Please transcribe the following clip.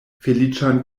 feliĉan